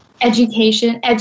education